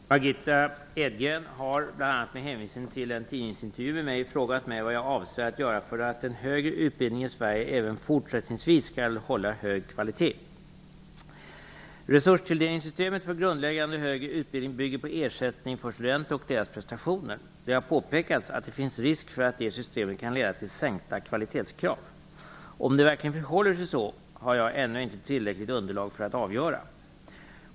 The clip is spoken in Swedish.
Fru talman! Margitta Edgren har bl.a. med hänvisning till en tidningsintervju med mig frågat mig vad jag avser att göra för att den högre utbildningen i Sverige även fortsättningsvis skall hålla hög kvalitet. Resurstilldelningssystemet för grundläggande högre utbildning bygger på ersättning för studenter och deras prestationer. Det har påpekats att det finns risk för att det systemet kan leda till sänkta kvalitetskrav. Om det verkligen förhåller sig så har jag ännu inte tillräckligt underlag för att avgöra.